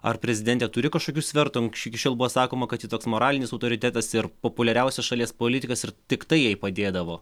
ar prezidentė turi kažkokių svertų anksč iki šiol buvo sakoma kad ji toks moralinis autoritetas populiariausias šalies politikas ir tik tai jai padėdavo